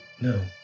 No